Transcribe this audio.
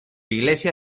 iglesia